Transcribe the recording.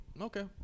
okay